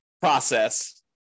process